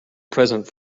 present